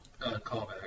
callback